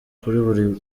kuri